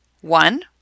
One